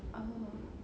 oh